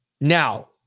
now